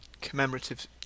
commemorative